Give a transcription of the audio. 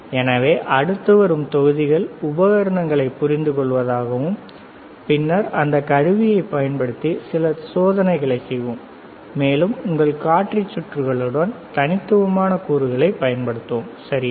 எனவே அடுத்து வரும் தொகுதிகள் உபகரணங்களைப் புரிந்துகொள்வதாகும் பின்னர் இந்த கருவியைப் பயன்படுத்தி சில சோதனைகளை செய்வோம் மேலும் உங்கள் காட்டி சுற்றுகளுடன் தனித்துவமான கூறுகளைப் பயன்படுத்துவோம் சரியா